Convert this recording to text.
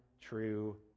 true